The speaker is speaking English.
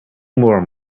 more